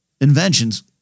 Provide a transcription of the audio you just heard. inventions